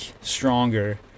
stronger